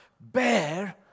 bear